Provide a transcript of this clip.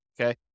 okay